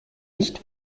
nicht